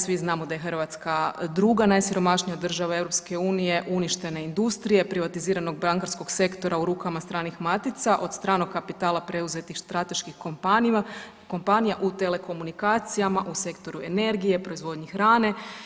Svi znamo da je Hrvatska druga najsiromašnija država EU, uništene industrije, privatiziranog bankarskog sektora u rukama stranih matica od stranog kapitala preuzetih strateških kompanija, u telekomunikacijama, u sektoru energije, proizvodnji hrane.